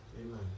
Amen